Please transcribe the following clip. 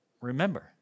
Remember